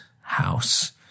house